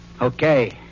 Okay